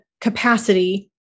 capacity